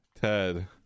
Ted